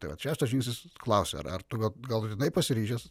tai vat šeštas žingsnis klausia ar tu gal galutinai pasiryžęs